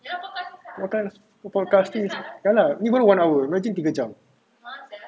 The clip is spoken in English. podcast podcast is this [one] one hour imagine tiga jam